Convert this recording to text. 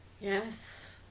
Yes